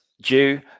due